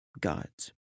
gods